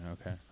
Okay